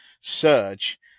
surge